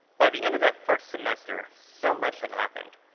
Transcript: by the end of that first semester, so much had happened,